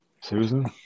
Susan